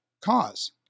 cause